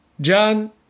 John